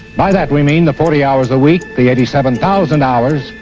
by that we mean the forty hours a week, the eighty seven thousand hours,